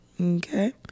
okay